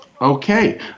Okay